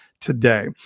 today